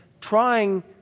trying